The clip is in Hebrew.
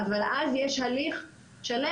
אבל אז יש הליך שלם,